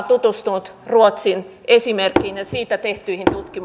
tutustunut ruotsin esimerkkiin ja siitä tehtyihin